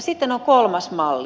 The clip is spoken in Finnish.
sitten on kolmas malli